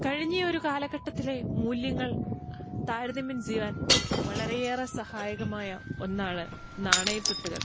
കഴിഞ്ഞ ഒരു കാലഘട്ടത്തിലെ മൂല്യങ്ങൾ താരതമ്യം ചെയ്യുവാൻ വളരെ ഏറെ സഹായകമായ ഒന്നാണ് നാണയത്തുട്ടുകൾ